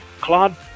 Claude